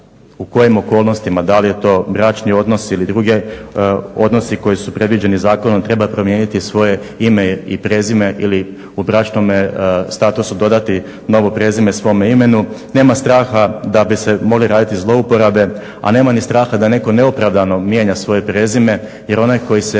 u kojim okolnostima, da li je to bračni odnos ili drugi odnosi koji su predviđeni zakonom treba promijeniti svoje ime i prezime ili u bračnome statusu dodati novo prezime svome imenu. Nema straha da bi se mogle raditi zlouporabe, a nema ni straha da netko neopravdano mijenja svoje prezime jer onaj koji se